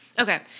okay